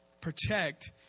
protect